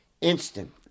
Instant